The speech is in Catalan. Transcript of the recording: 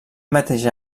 mateix